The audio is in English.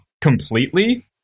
completely